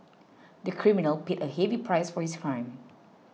the criminal paid a heavy price for his crime